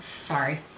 Sorry